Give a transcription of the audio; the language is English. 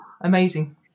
Amazing